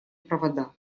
провода